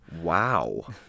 Wow